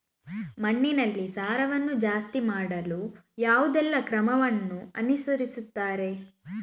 ಮಣ್ಣಿನಲ್ಲಿ ಸಾರವನ್ನು ಜಾಸ್ತಿ ಮಾಡಲು ಯಾವುದೆಲ್ಲ ಕ್ರಮವನ್ನು ಅನುಸರಿಸುತ್ತಾರೆ